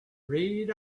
read